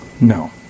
No